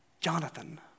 Jonathan